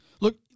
Look